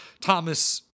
Thomas